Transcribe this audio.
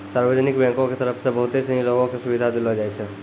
सार्वजनिक बैंको के तरफ से बहुते सिनी लोगो क सुविधा देलो जाय छै